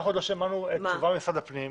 אנחנו עוד לא שמענו תשובה ממשרד הפנים.